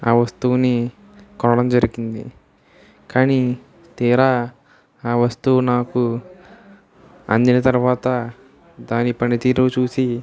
ఆ వస్తువుని కొనడం జరిగింది కానీ తీరా ఆ వస్తువు నాకు అందిన తరువాత దాని పనితీరు చూసి